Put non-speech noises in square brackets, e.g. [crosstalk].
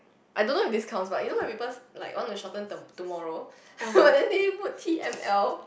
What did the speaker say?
I don't know if this counts but you know when people like want to shorten to~ tomorrow [laughs] but then they put T_M_L